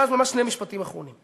ממש ממש שני משפטים אחרונים.